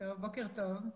בוקר טוב.